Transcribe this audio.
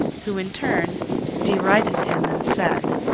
who in turn derided him and said,